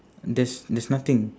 there's there's nothing